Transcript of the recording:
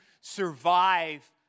survive